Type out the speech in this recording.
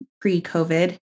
pre-COVID